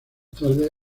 tarde